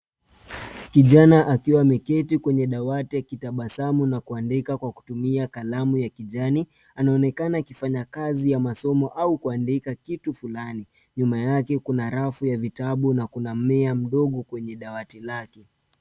Kijana akiwa ameketi kwenye dawati akitabasamu na kuandika kwa kutumia kalamu ya kijani. Anaonekana akifanya kazi ya masomo au kuandika kitu fulani. Nyuma yake kuna rafu ya vitabu na kuna mmea mdogo kwenye dawati lake.